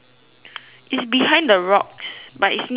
is behind the rocks but is near the guy